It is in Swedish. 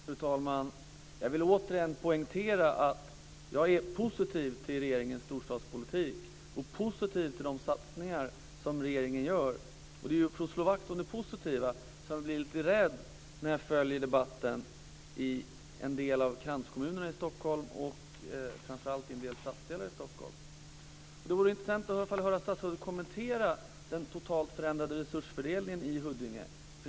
Fru talman! Jag vill återigen poängtera att jag är positiv till regeringens storstadspolitik och till de satsningar som regeringen gör. Det är ju för att jag vill slå vakt om det positiva som jag blir lite rädd när jag följer debatten i en del av Stockholms kranskommuner och framför allt i en del stadsdelar i Stockholm. Det vore intressant att höra statsrådet kommentera den totalt förändrade resursfördelningen i Huddinge.